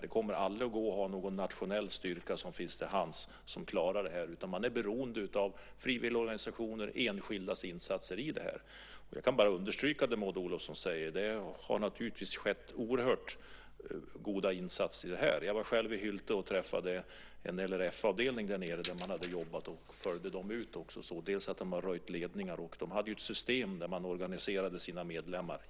Det kommer aldrig att gå att ha en nationell styrka som finns till hands och klarar detta. Man är beroende av frivilligorganisationers och enskildas insatser. Jag kan bara understryka det Maud Olofsson säger. Det har naturligtvis gjorts oerhört goda insatser i detta. Jag var själv i Hylte och träffade en LRF-avdelning. Jag följde dem ut och såg att de har röjt ledningar. De hade ett system där man organiserade sina medlemmar.